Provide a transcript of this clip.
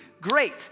Great